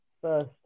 First